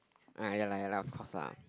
ah ya lah ya lah of course lah